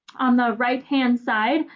on the right-hand side.